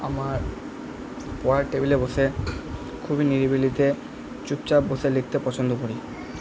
আমার পড়ার টেবিলে বসে খুবই নিরিবিলিতে চুপচাপ বসে লিখতে পছন্দ করি